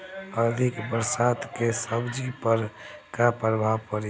अधिक बरसात के सब्जी पर का प्रभाव पड़ी?